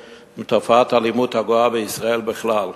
עם תופעת האלימות הגואה בישראל בכלל.